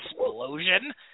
Explosion